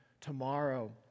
tomorrow